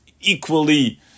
equally